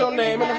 um name